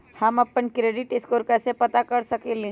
हम अपन credit score कैसे पता कर सकेली?